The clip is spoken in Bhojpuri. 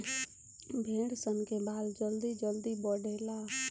भेड़ सन के बाल जल्दी जल्दी बढ़ेला